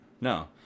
no